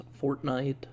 Fortnite